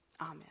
Amen